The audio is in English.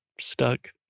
stuck